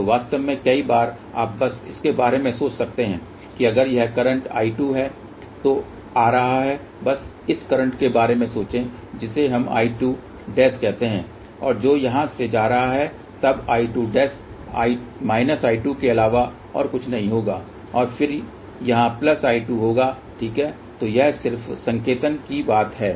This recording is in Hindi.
तो वास्तव में कई बार आप बस इसके बारे में सोच सकते हैं कि अगर यह I2 है जो आ रहा है बस इस करंट के बारे में सोचें जिसे हम I2' कहते हैं और जो यहां से जा रहा है तब I2' माइनस I2 के अलावा और कुछ नहीं होगा और फिर यहाँ I2 होगा ठीक है तो यह सिर्फ संकेतन की बात है